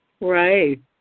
Right